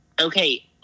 Okay